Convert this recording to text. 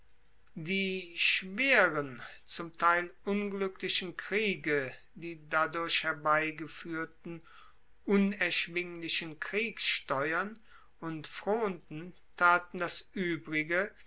die schweren zum teil ungluecklichen kriege die dadurch herbeigefuehrten unerschwinglichen kriegssteuern und fronden taten das uebrige